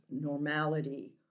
normality